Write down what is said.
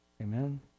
Amen